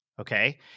Okay